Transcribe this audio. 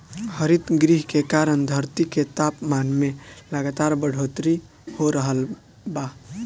हरितगृह के कारण धरती के तापमान में लगातार बढ़ोतरी हो रहल बा